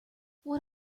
what